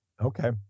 Okay